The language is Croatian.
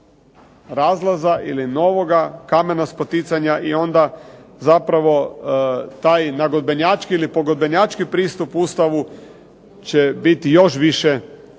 razlaza ili novoga kamena spoticanja i onda zapravo taj nagodbenjački ili pogodbenjački pristup Ustavu će biti još više